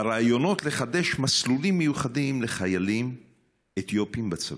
הרעיונות לחדש מסלולים מיוחדים לחיילים אתיופים בצבא,